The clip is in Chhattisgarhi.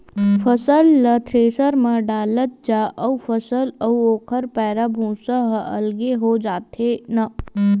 फसल ल थेरेसर म डालत जा अउ फसल अउ ओखर पैरा, भूसा ह अलगे हो जाथे न